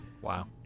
Wow